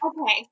Okay